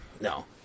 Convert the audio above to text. No